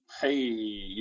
hey